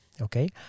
okay